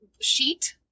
sheet